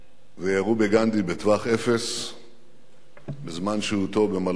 וירו בגנדי מטווח אפס בזמן שהותו במלון "היאט".